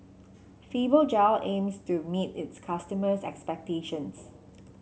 Fibogel aims to meet its customers' expectations